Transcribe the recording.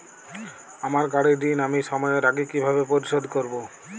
আমার গাড়ির ঋণ আমি সময়ের আগে কিভাবে পরিশোধ করবো?